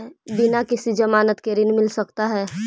बिना किसी के ज़मानत के ऋण मिल सकता है?